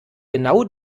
genau